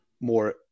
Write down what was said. more